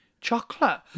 chocolate